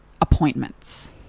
appointments